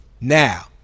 Now